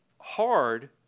hard –